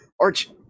Arch